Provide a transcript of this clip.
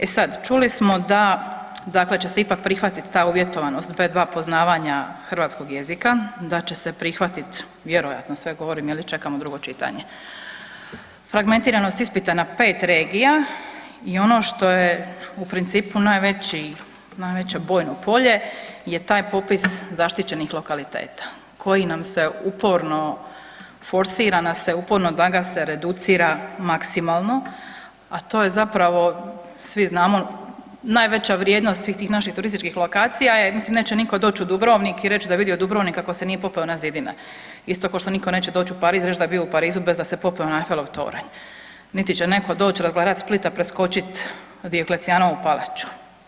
E sad, čuli smo da dakle će se ipak prihvatiti ta uvjetovanost B2 poznavanja hrvatskog jezika, da će se prihvatiti, vjerojatno sve govorim, je li, čekamo drugo čitanje, fragmentiranost ispita 5 regija i ono što je u principu najveće bojno polje je taj popis zaštićenih lokaliteta koji nam se uporno, forsira nam se uporno da ga se reducira maksimalno a to je zapravo svi znamo, najveća vrijednost svih tih naših turističkih lokacija, mislim neće nitko doć u Dubrovnik i reć da je vidio Dubrovnik kako se nije popeo na zidine, isto ko što niko neće doć u Pariz i reć da je bio u Parizu bez da se popeo na Eiffelov toranj, niti će netko doći razgleda Split a preskočit Dioklecijanovu palaču.